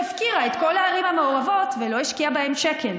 שהפקירה את כל הערים המעורבות ולא השקיעה בהן שקל,